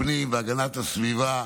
הפנים והגנת הסביבה,